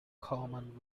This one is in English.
common